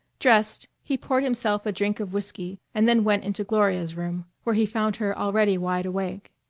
dressed, he poured himself a drink of whiskey and then went into gloria's room, where he found her already wide awake.